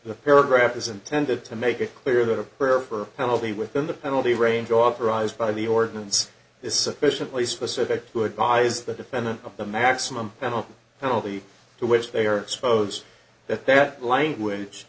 the paragraph is intended to make it clear that a prayer for penalty within the penalty range authorized by the ordinance is sufficiently specific to advise the defendant of the maximum penalty and only to which they are supposed that that language